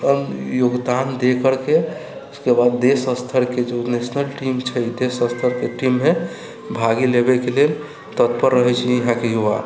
अपन योगदान दे करके उसके बाद देश स्तरके जे नैशनल टीम छै देश स्तरके टीममे भाग लेबेके लेल तत्पर रहैत छै यहाँके युवा